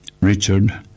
Richard